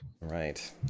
Right